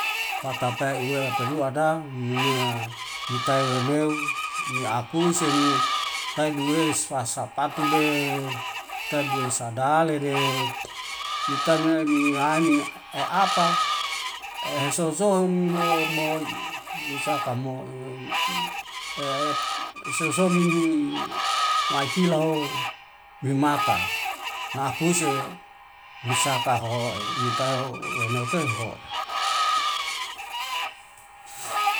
Hatapai uwe peluada nea nitai weneu niakuse mi tai uwe spasa patude taduwe sadalede nitania ni ania eapa ehesoso niho mawoi nisaka mo esosohi mi akilaho mimata, na akuse nisakahoe nitai wenew keho.